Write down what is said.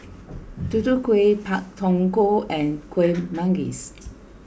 Tutu Kueh Pak Thong Ko and Kueh Manggis